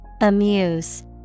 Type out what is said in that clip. Amuse